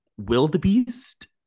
wildebeest